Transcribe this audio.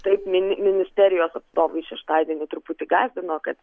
taip mini ministerijos atstovai šeštadienį truputį gąsdino kad